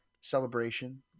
celebration